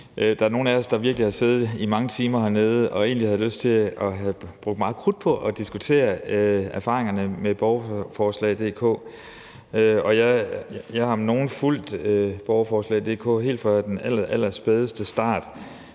Der er nogle af os, der virkelig har siddet i mange timer hernede og egentlig havde lyst til at bruge meget krudt på at diskutere erfaringerne med borgerforslag.dk, og jeg har om nogen fulgt borgerforslag.dk helt fra den allerallerspædeste start.